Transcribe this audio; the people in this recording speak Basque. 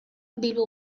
bilbo